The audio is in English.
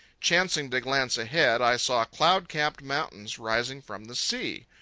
chancing to glance ahead, i saw cloud-capped mountains rising from the sea.